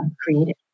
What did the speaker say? created